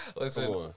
Listen